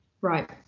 Right